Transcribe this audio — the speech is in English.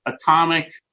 atomic